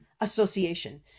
association